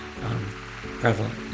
prevalent